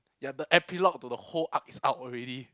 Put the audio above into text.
ya the epilogue to the whole arc is out already